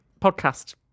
Podcast